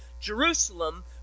Jerusalem